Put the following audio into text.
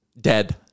Dead